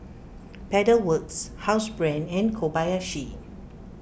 Pedal Works Housebrand and Kobayashi